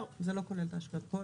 לא, זה לא כולל את ההשקעות פה.